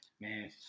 Man